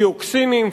דיוקסינים,